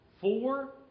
four